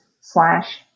slash